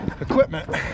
equipment